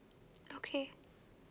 okay